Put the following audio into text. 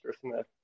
Smith